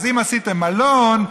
אז אם עשיתם מלון,